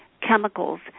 chemicals